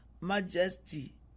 majesty